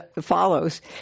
follows